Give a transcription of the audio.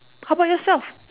how about yourself